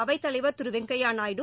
அவைத்தலைவர் திரு வெங்கையா நாயுடு